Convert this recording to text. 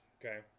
okay